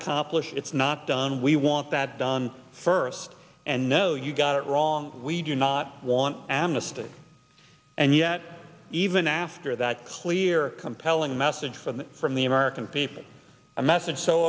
accomplished it's not done we want that done first and no you got it wrong we do not want amnesty and yet even after that clear compelling message from that from the american people a message so